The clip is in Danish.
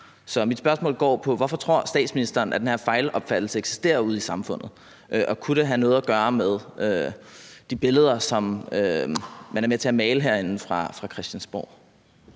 Så mit spørgsmål går på: Hvorfor tror statsministeren at den her fejlopfattelse eksisterer ude i samfundet? Og kunne det have noget at gøre med de billeder, som man er med til at male herinde fra Christiansborg?